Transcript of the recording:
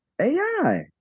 AI